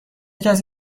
کسی